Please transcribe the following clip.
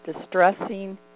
distressing